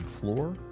floor